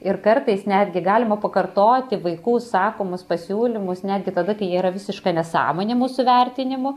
ir kartais netgi galima pakartoti vaikų sakomus pasiūlymus netgi tada kai jie yra visiška nesąmonė mūsų vertinimu